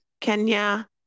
Kenya